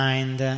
Mind